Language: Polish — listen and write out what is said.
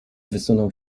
wysunął